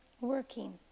working